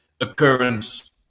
occurrence